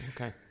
okay